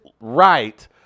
right